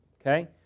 okay